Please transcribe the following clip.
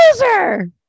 loser